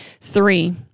Three